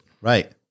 Right